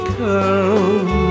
come